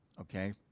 okay